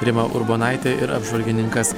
rima urbonaitė ir apžvalgininkas